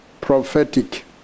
prophetic